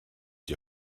die